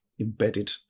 embedded